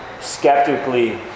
skeptically